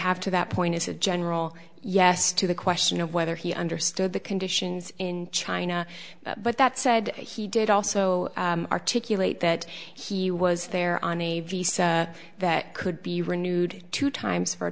have to that point is a general yes to the question of whether he understood the conditions in china but that said he did also articulate that he was there on a v so that could be renewed two times for a